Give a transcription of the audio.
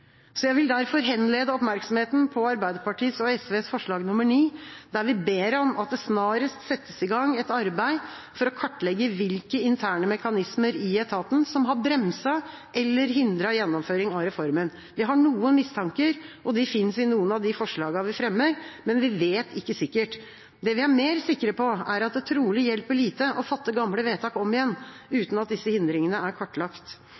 Jeg vil derfor henlede oppmerksomheten på Arbeiderpartiet og SVs forslag nr. 9, der vi ber om at det snarest settes i gang et arbeid for å kartlegge hvilke interne mekanismer i etaten som har bremset eller hindret gjennomføring av reformen. Vi har noen mistanker. De fins i noen av forslagene vi fremmer, men vi vet ikke sikkert. Det vi er mer sikre på, er at det trolig hjelper lite å fatte gamle vedtak om igjen, uten at disse hindringene er kartlagt.